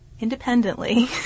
independently